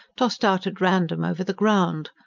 tossed out at random over the ground,